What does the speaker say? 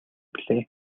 билээ